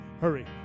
hurry